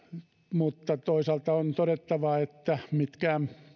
mutta toisaalta on todettava että mitkään